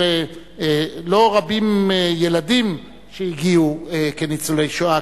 לא רבים הגיעו כילדים ניצולי השואה,